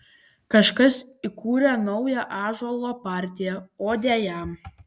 kažkas įkūrė naują ąžuolo partiją odę jam